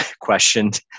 questioned